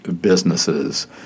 businesses